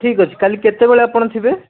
ଠିକ୍ ଅଛି କାଲି କେତେବେଳେ ଆପଣ ଥିବେ